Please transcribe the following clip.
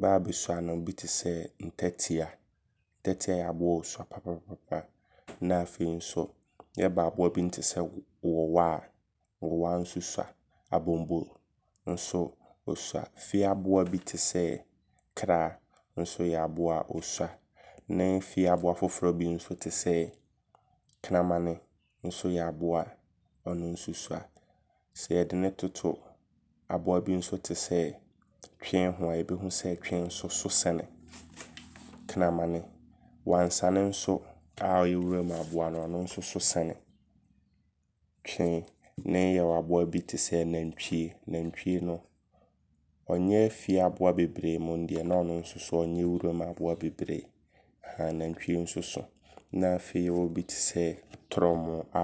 bɛ a bɛsua no bi tesɛ, ntatia. Ntatia yɛ aboa ɔsua papapapa. Na afei nso yɛba aboa bi tesɛ Wowa a. Wowa nso sua. Abombo nso ɔsua. Fie aboa bi nso tesɛ Kra nso yɛ aboa a ɔsua. Ne fie aboa foforɔ nso bi tesɛ kramane nso yɛ aboa a Ɔno nso sua. Sɛ yɛde no toto aboa bi nso tesɛ Twe ho a, yɛbɛhu sɛ ɔno nso so sene kramane. Wansane nso a ɔyɛ wuram aboa no, ɔno nso so sene Twe. Ne yɛwɔ aboa bi tesɛ Nantwie. Nantwie no ɔnyɛ fie aboa bebree mmom deɛ ne ɔno nso a ɔnyɛ wuram aboa bebree. Ɛhaa nantwie nso so. Na afei yɛwɔ bi tesɛ Torɔmoo a